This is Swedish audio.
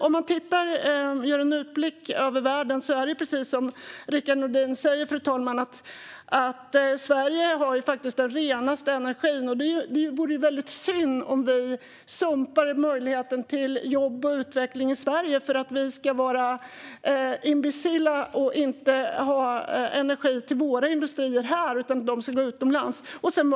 Om man gör en utblick över världen, fru talman, är det precis som Rickard Nordin säger så att Sverige faktiskt har den renaste energin. Det vore synd om vi sumpar möjligheten till jobb och utveckling i Sverige för att vi är imbecilla och inte har energi till våra industrier här utan till dem som är utomlands.